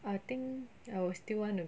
I think I will still want to